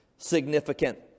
significant